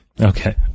Okay